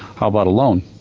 how about a loan?